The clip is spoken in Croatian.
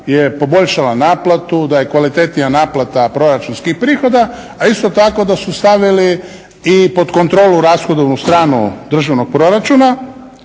je poboljšala naplatu, da je kvalitetnija naplata proračunskih prihoda, a isto tako da su stavili i pod kontrolu rashodovnu stranu državnog proračuna.